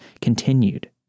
continued